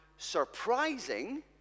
surprising